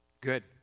Good